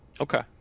okay